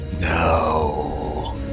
No